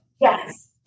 Yes